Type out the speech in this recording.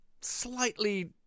slightly